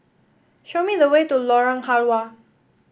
show me the way to Lorong Halwa